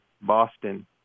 Boston